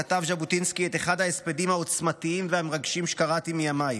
כתב ז'בוטינסקי את אחד ההספדים העוצמתיים והמרגשים שקראתי מימיי.